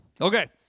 Okay